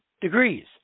degrees